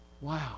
Wow